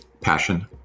passion